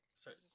sorry